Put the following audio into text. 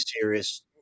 serious